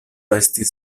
estis